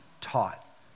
taught